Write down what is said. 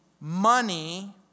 money